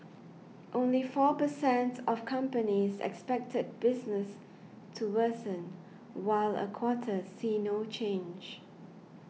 only four per cent of companies expected business to worsen while a quarter see no change